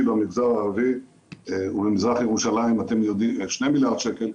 במגזר הערבי ובמזרח ירושלים 2 מיליארד שקל,